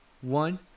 one